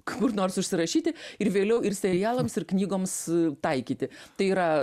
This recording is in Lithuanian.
kur nors užsirašyti ir vėliau ir serialams ir knygoms taikyti tai yra